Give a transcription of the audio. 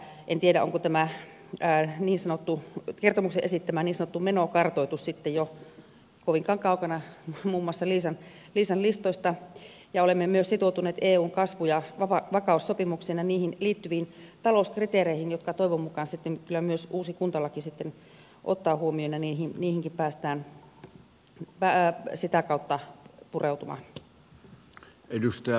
en tiedä onko tämä kertomuksen esittämä niin sanottu menokartoitus sitten jo kovinkaan kaukana muun muassa liisan listoista ja olemme myös sitoutuneet eun kasvu ja vakaussopimuksiin ja niihin liittyviin talouskriteereihin jotka toivon mukaan sitten kyllä myös uusi kuntalaki ottaa huomioon ja niihinkin päästään sitä kautta pureutumaan